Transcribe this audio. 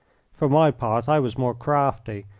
for my part, i was more crafty,